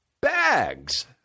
Bags